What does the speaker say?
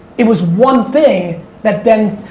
it was one thing that then,